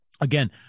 again